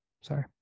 Sorry